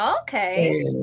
Okay